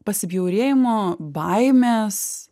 pasibjaurėjimo baimės